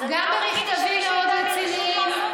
גם במכתבים מאוד רציניים,